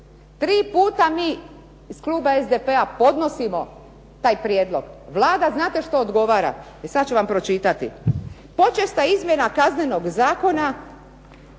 Tri puta mi iz kluba SDP-a podnosimo taj prijedlog. Vlada znate što odgovara? E sad ću vam pročitati. Počesta izmjena Kaznenog zakona